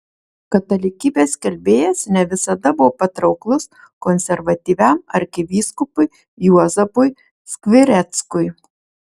katalikybės skelbėjas ne visada buvo patrauklus konservatyviam arkivyskupui juozapui skvireckui